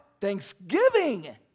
Thanksgiving